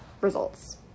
Results